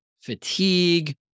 fatigue